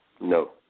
No